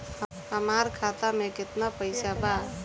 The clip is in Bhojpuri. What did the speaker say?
हमार खाता में केतना पैसा बा?